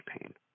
pain